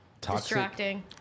Distracting